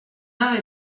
art